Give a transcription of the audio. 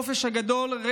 בחופש הגדול,